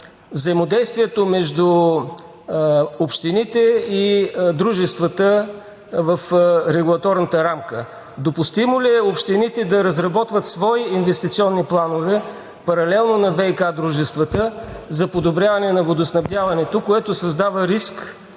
взаимодействието между общините и дружествата в регулаторната рамка. Допустимо ли е общините да разработват свои инвестиционни планове, паралелно на ВиК дружествата, за подобряване на водоснабдяването, което създава риск